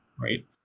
right